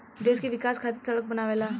देश के विकाश खातिर सड़क बनावेला